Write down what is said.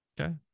Okay